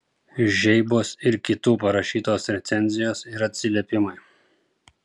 žeibos ir kitų parašytos recenzijos ir atsiliepimai